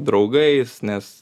draugais nes